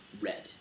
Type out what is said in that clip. red